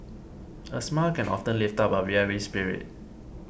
a smile can often lift up a weary spirit